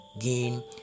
gain